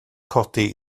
codi